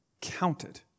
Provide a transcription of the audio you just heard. counted